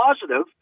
positive